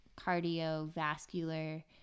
cardiovascular